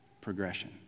progression